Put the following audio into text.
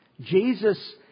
Jesus